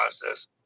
process